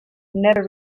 never